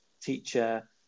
teacher